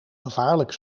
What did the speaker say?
gevaarlijk